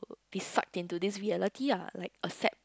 it sucks into this reality ah like affect